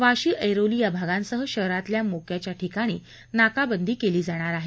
वाशी ऐरोली या भागांसह शहरातल्या मोक्याच्या ठिकाणी नाकाबंदी केली जाणार आहे